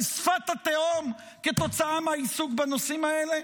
אל שפת התהום, כתוצאה מהעיסוק בנושאים האלה?